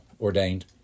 ordained